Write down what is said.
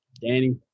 Danny